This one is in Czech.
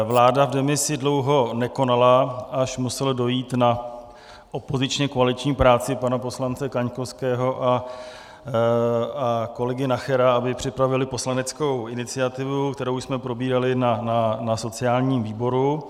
Vláda v demisi dlouho nekonala, až muselo dojít na opozičně koaliční práci pana poslance Kaňkovského a kolegy Nachera, aby připravili poslaneckou iniciativu, kterou jsme probírali na sociálním výboru.